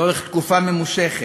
לאורך תקופה ממושכת,